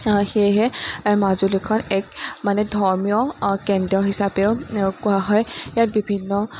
সেয়েহে মাজুলীখন এক মানে ধৰ্মীয় কেন্দ্ৰ হিচাপেও কোৱা হয় ইয়াত বিভিন্ন